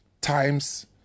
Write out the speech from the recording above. times